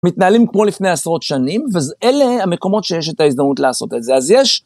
מתנהלים כמו לפני עשרות שנים, ואלה המקומות שיש את ההזדמנות לעשות את זה, אז יש.